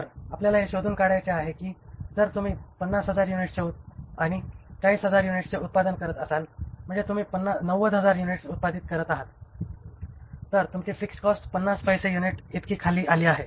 तर आपल्याला हे शोधून काढायचे आहे की जर तुम्ही 50000 युनिट्सचे आणि 40000 युनिट्सचे उत्पादन करत आहात म्हणजेच तुम्ही 90000 युनिट्स उत्पादित करत आहात तर तुमची फिक्सड कॉस्ट ५० पैसे प्रति युनिट इतकी खाली आली आहे